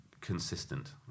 consistent